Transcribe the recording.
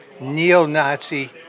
neo-Nazi